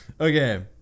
okay